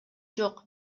жок